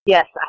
Yes